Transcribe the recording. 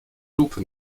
lupe